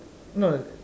no